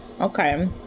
Okay